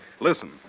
listen